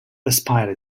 despite